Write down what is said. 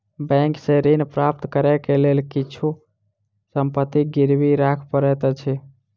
bank सॅ ऋण प्राप्त करै के लेल किछु संपत्ति गिरवी राख पड़ैत अछि